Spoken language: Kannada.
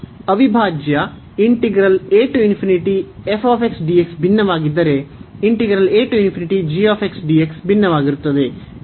ಅವಿಭಾಜ್ಯ ಭಿನ್ನವಾಗಿದ್ದರೆ ಭಿನ್ನವಾಗಿರುತ್ತದೆ ಎಂದು ನಾವು ತೀರ್ಮಾನಿಸಬಹುದು